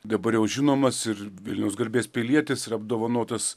dabar jau žinomas ir vilniaus garbės pilietis ir apdovanotas